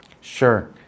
Sure